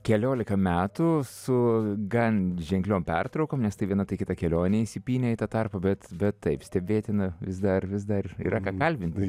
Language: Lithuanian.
keliolika metų su gan ženkliom pertraukom nes tai viena tai kita kelionė įsipynė į tą tarpą bet bet taip stebėtina vis dar vis dar yra ką kalbint